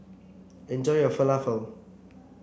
enjoy your Falafel